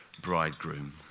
bridegroom